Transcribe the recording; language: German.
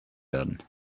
werden